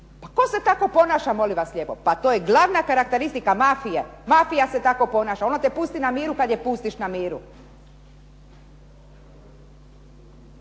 Pa tko se tako ponaša molim vas lijepo? Pa to je glavna karakteristika mafije. Mafija se tako ponaša, ona te pusti na miru kad je pustiš na miru.